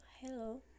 Hello